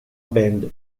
band